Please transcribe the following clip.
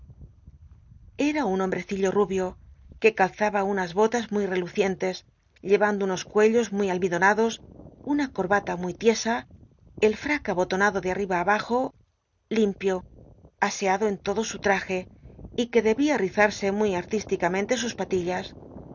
era un homlwccillo rubio uc calzaba unas botas muy telucienlcs llorando unos cuellos muy almidonados uthi coi'bata muy tiesa el fmc tltolonado de attiba abajo limpio aseado en todo su traje y que debía tizatse muy at'listicamcnte sus patillas